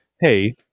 Hey